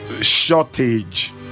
shortage